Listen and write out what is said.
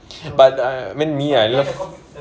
but uh I mean me I love